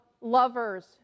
lovers